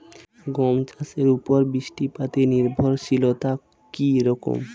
গম চাষের উপর বৃষ্টিপাতে নির্ভরশীলতা কী রকম?